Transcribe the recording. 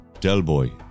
Delboy